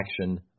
action